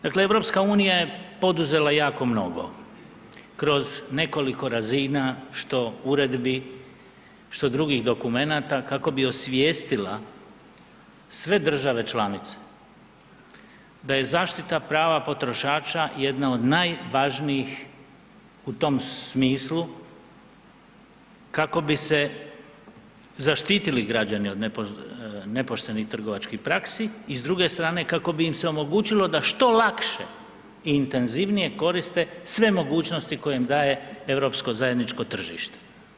Dakle, EU je poduzela jako mnogo kroz nekoliko razina što uredbi, što drugih dokumenata kako bi osvijestila sve države članice da je zaštita prava potrošača jedna od najvažnijih u tom smislu kako bi se zaštitili građani od nepoštenih trgovačkih praksi i s druge strane kako bi im se omogućilo da što lakše i intenzivnije koriste sve mogućnosti koje im daje europsko zajedničko tržište.